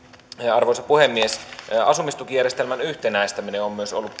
arvoisa puhemies asumistukijärjestelmän yhtenäistäminen on myös ollut